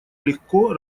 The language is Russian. легко